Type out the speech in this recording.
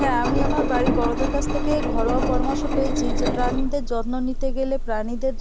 হ্যাঁ আমি আমার বাড়ির বড়োদের কাছ থেকে ঘরোয়া পরামর্শ পেয়েছি যে প্রাণীদের যত্ন নিতে গেলে প্রাণীদের